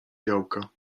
białka